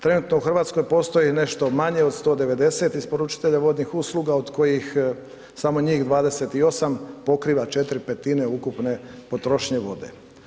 Trenutno u Hrvatskoj postoji nešto manje od 190 isporučitelja vodnih usluga od kojih samo njih 28 pokriva 4/5 ukupne potrošnje vode.